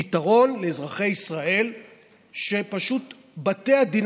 פתרון לאזרחי ישראל שפשוט בתי הדין